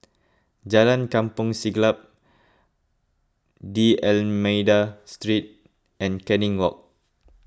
Jalan Kampong Siglap D'Almeida Street and Canning Walk